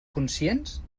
conscients